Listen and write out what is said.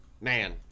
man